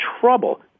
trouble